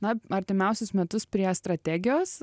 na artimiausius metus prie strategijos